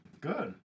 good